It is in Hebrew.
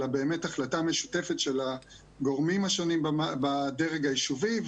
אלא באמת החלטה משותפת של הגורמים השונים בדרג היישובי.